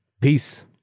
Peace